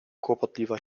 kłopotliwa